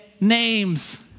names